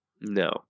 No